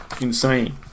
insane